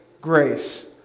grace